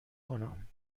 کنم